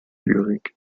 lyrik